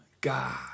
God